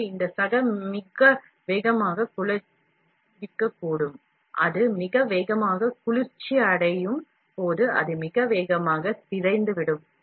எனவே இது வேகமாக குளிர்விக்கக்கூடும் அது மிக வேகமாக குளிர்ச்சியடையும் போது அது மிக வேகமாக சிதைந்துவிடும்